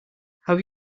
have